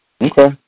Okay